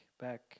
back